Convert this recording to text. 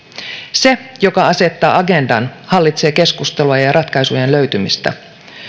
se joka asettaa agendan hallitsee keskustelua ja ja ratkaisujen löytämistä